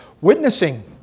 Witnessing